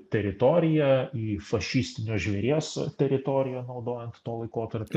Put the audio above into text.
teritoriją į fašistinio žvėries teritoriją naudojant tuo laikotarpio